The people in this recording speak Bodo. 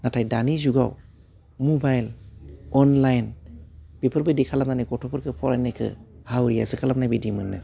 नाथाय दानि जुगाव मबाइल अनलाइन बेफोरबायदि खालामनानै गथ'फोरखौ फरायनायखो हावरियासो खालामनाय बायदि मोनो